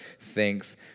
Thanks